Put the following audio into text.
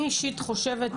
אני אישית חושבת,